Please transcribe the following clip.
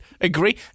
agree